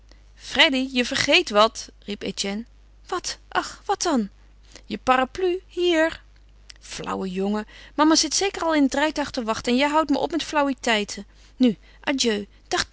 freddy je vergeet wat riep etienne wat ach wat dan je parapluie hier flauwe jongen mama zit zeker al in het rijtuig te wachten en jij houdt me op met flauwiteiten nu adieu dag